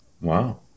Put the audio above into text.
Wow